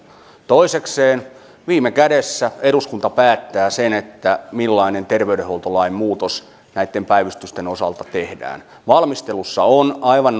toisekseen viime kädessä eduskunta päättää sen millainen terveydenhuoltolain muutos näitten päivystysten osalta tehdään valmistelussa on aivan